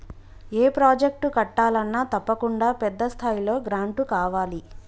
ఏ project కట్టాలన్నా తప్పకుండా పెద్ద స్థాయిలో గ్రాంటు కావాలి